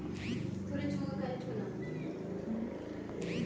ಗಿಡಗಳ ಬೆಳವಣಿಗೆಯಲ್ಲಿ ಮಣ್ಣು ಯಾವ ತರ ಉಪಕಾರ ಆಗ್ತದೆ?